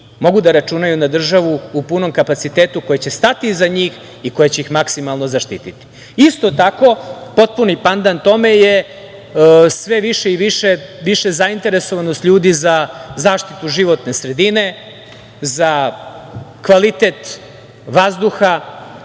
mogu da računaju na državu u punom kapacitetu koja će stati iza njih i koja će ih maksimalno zaštiti. Isto tako, potpuni pandan tome je sve više i više zainteresovanost ljudi za zaštitu životne sredine, za kvalitet vazduha,